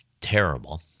terrible